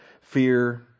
fear